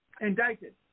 indicted